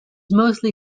mostly